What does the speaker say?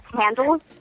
handles